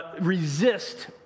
resist